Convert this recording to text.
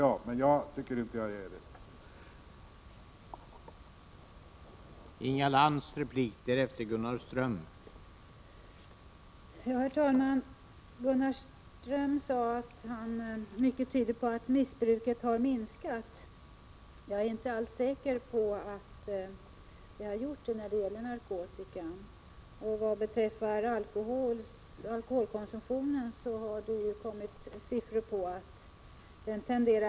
Jag tycker i alla fall inte att jag är det.